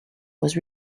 was